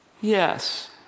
Yes